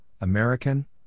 American